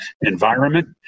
environment